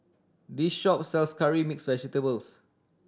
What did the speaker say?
this shop sells curry mixed vegetables